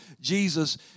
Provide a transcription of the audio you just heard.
Jesus